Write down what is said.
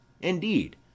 indeed